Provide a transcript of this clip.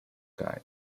guide